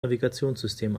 navigationssystem